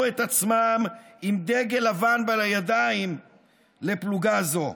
את עצמם עם דגל לבן בידיים לפלוגה זו,